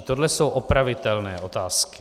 Tohle jsou opravitelné otázky.